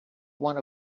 one